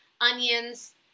onions